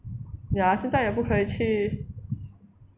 ya 现在也不可以去